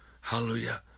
Hallelujah